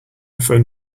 phone